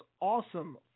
awesome